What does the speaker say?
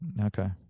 Okay